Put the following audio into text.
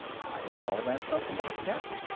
i'd call that something of a step.